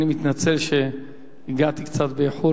אני מתנצל על שהגעתי קצת באיחור.